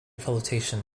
flotation